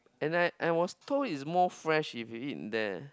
and I I was told is more fresh if you eat there